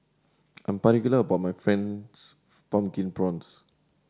I am particular about my Fried Pumpkin Prawns